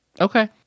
Okay